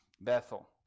Bethel